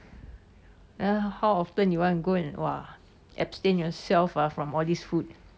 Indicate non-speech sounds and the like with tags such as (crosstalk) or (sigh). (noise) how often do you want to go and !wah! abstain yourself ah from all this food